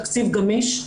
תקציב גמיש,